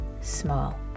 small